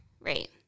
Right